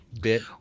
bit